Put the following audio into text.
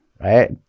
right